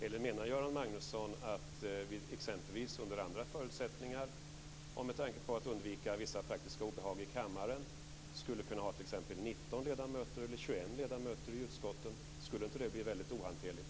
Eller menar Göran Magnusson att vi exempelvis under andra förutsättningar och för att undvika vissa praktiska obehag i kammaren skulle kunna ha t.ex. 19 eller 21 ledamöter i utskotten? Skulle det inte bli väldigt ohanterligt?